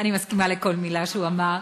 אני מסכימה לכל מילה שהוא אמר,